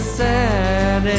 sad